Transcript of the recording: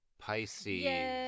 Pisces